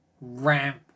Ramp